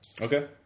Okay